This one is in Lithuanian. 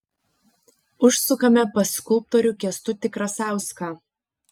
užsukame pas skulptorių kęstutį krasauską